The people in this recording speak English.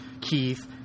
Keith